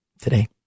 today